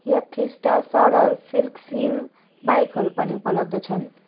यथेष्ट सरल fix hill बाइकहरू पनि उपलब्ध छन्